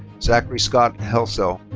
zachary scott helsel.